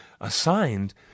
assigned